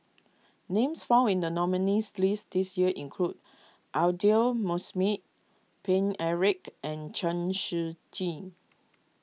names found in the nominees' list this year include Aidli Mosbit Paine Eric and Chen Shiji